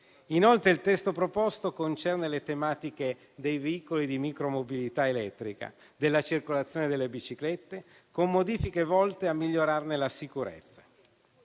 remoto. Il testo proposto concerne inoltre le tematiche dei veicoli di micromobilità elettrica e della circolazione delle biciclette, con modifiche volte a migliorarne la sicurezza.